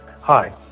Hi